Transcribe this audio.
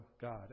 God